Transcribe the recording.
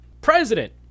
president